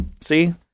See